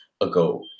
ago